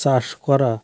চাষ করা